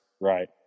Right